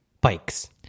bikes